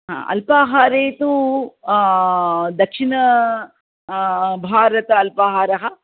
अल्पाहारे तु दक्षिण भारत अल्पाहारः